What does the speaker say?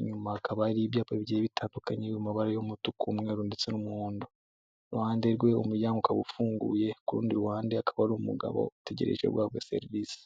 Inyuma hakaba hari ibyapa bigiye bitandukanye umubara y'umutuku, umweru ndetse n'umuhondo. Iruhande rwe umuryango ukaba ufunguye ku rundi ruhande hakaba hari umugabo utegereje guhabwa serivisi.